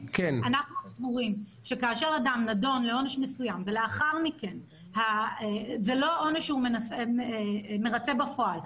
אנחנו סבורים שכאשר אדם נדון לעונש מסוים וזה לא עונש שהוא מרצה בפועל,